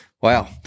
wow